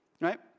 right